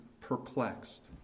perplexed